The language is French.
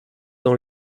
dans